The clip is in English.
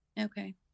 okay